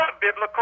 biblical